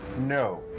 No